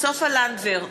סופה לנדבר,